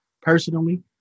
personally